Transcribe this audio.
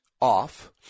off